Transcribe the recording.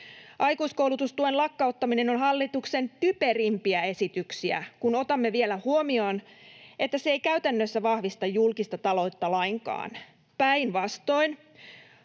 Aikuiskoulutustuen lakkauttaminen on hallituksen typerimpiä esityksiä, kun otamme vielä huomioon, että se ei käytännössä vahvista julkista taloutta lainkaan, päinvastoin.